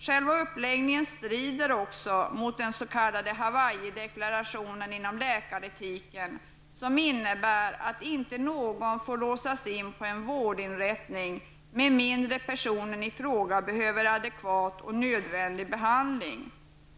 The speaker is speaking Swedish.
Själva uppläggningen strider mot den s.k. Hawaii-deklarationen inom läkaretiken, som innebär att inte någon får låsas in på en vårdinrättning med mindre än att personen i fråga behöver adekvat och nödvändig behandling.